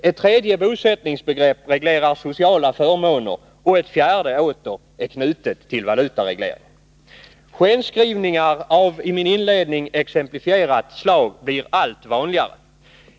Ett tredje bosättningsbegrepp reglerar sociala förmåner, och ett fjärde åter är knutet till valutaregleringen. Skenskrivningar av i min inledning exemplifierat slag blir allt vanligare.